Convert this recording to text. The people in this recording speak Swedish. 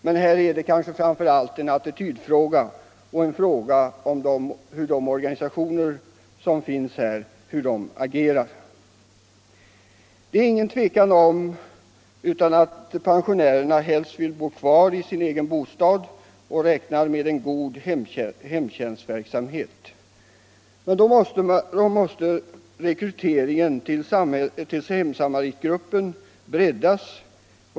Detta är kanske framför allt en attitydfråga och en fråga om hur olika organisationer agerar. Det är inget tvivel om att pensionärerna helst vill bo kvar i sin egen ' bostad och räknar med en god hemtjänstverksamhet. Då måste rekryteringen till hemsamaritgruppen breddas.